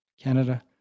Canada